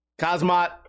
Kazmat